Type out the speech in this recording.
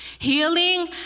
Healing